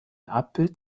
abbild